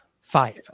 five